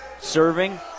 serving